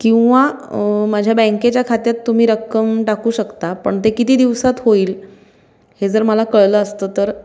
किंवा माझ्या बँकेच्या खात्यात तुम्ही रक्कम टाकू शकता पण ते किती दिवसात होईल हे जर मला कळलं असतं तर